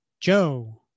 Joe